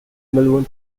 melbourne